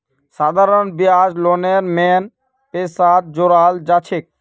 साधारण ब्याज लोनेर मेन पैसात जोड़ाल जाछेक